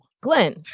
Glenn